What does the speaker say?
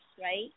right